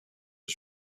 was